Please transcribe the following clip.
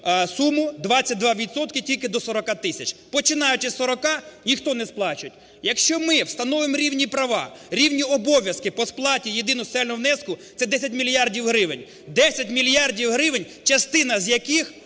відсотки тільки до 40 тисяч. Починаючи з сорока ніхто не сплачує! Якщо ми встановимо рівні права, рівні обов'язки по сплаті єдиного соціального внеску, це 10 мільярдів гривень! 10 мільярдів гривень, частина з яких